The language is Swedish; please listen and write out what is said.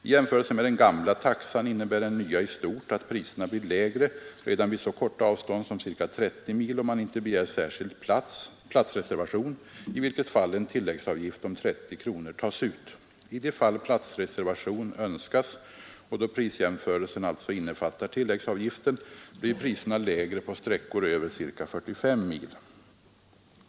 I jämförelse med den gamla taxan innebär den nya i stort att priserna blir lägre redan vid så korta avstånd som ca 30 mil, om man inte begär särskild platsreservation, i vilket fall en tilläggsavgift om 30 kronor tas ut. I de fall platsreservation önskas — och då prisjämförelsen alltså innefattar tilläggsavgiften — blir priserna lägre på sträckor över ca 45 mil.